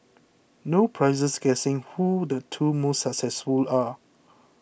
no prizes guessing who the two most successful are